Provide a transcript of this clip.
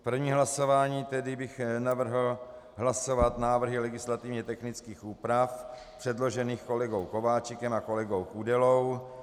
První hlasování bych navrhl hlasovat návrhy legislativně technických úprav předložených kolegou Kováčikem a kolegou Kudelou.